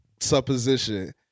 supposition